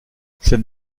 cette